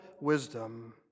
wisdom